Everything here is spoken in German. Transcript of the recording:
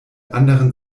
anderen